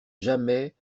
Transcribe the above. jamais